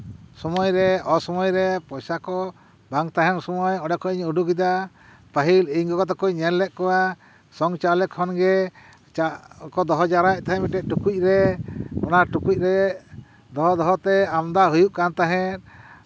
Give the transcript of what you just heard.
ᱥᱚᱢᱚᱭ ᱨᱮ ᱚᱥᱚᱢᱚᱭ ᱨᱮ ᱯᱚᱭᱥᱟ ᱠᱚ ᱵᱟᱝ ᱛᱟᱦᱮᱱ ᱥᱚᱢᱚᱭ ᱚᱸᱰᱮ ᱠᱷᱚᱱ ᱤᱧ ᱩᱰᱩᱠ ᱮᱫᱟ ᱯᱟᱹᱦᱤᱞ ᱤᱧ ᱜᱚᱜᱚ ᱛᱟᱠᱚᱧ ᱧᱮᱞ ᱞᱮᱫ ᱠᱚᱣᱟ ᱥᱚᱝ ᱪᱟᱣᱞᱮ ᱠᱷᱚᱱ ᱫᱚᱦᱚ ᱡᱟᱣᱨᱟᱭᱮᱫ ᱛᱟᱦᱮᱸᱫ ᱢᱤᱫᱴᱮᱱ ᱴᱩᱠᱩᱡ ᱨᱮ ᱚᱱᱟ ᱴᱩᱠᱩᱡ ᱨᱮ ᱫᱚᱦᱚ ᱫᱚᱦᱚᱛᱮ ᱟᱢᱫᱟ ᱦᱩᱭᱩᱜ ᱠᱟᱱ ᱛᱟᱦᱮᱸᱫ